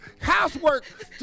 housework